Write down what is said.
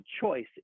choice